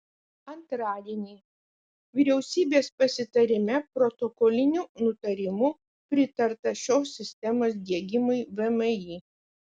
antradienį vyriausybės pasitarime protokoliniu nutarimu pritarta šios sistemos diegimui vmi